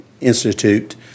Institute